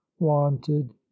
wanted